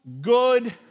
good